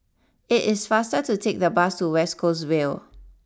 it is faster to take the bus to West Coast Vale